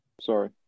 sorry